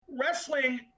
Wrestling